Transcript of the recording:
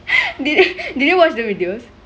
did did you watch the videos